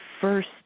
first